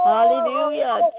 Hallelujah